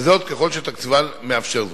וזאת ככל שתקציבן מאפשר זאת.